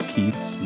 Keith's